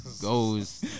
goes